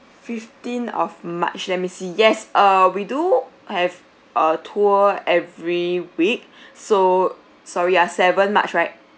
fifteenth of march let me see yes err we do have a tour every week so sorry ah seven march right